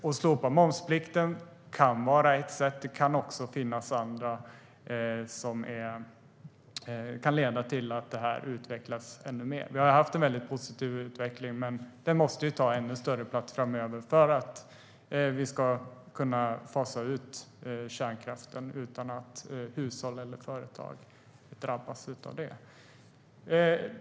Att slopa momsplikten kan vara ett sätt, och det kan finnas andra sätt som kan leda till att detta utvecklas ännu mer. Vi har haft en väldigt positiv utveckling, men den måste ta ännu större plats framöver för att vi ska kunna fasa ut kärnkraften utan att hushåll eller företag drabbas av det.